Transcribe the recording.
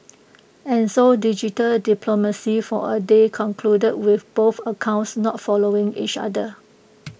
and so digital diplomacy for A day concluded with both accounts not following each other